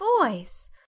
voice